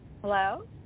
Hello